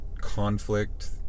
conflict